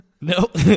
Nope